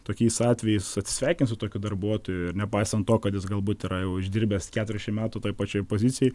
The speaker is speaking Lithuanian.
tokiais atvejais atsisveikint su tokiu darbuotoju nepaisant to kad jis galbūt yra jau išdirbęs keturiašim metų toj pačioj pozicijoj